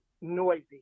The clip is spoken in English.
noisy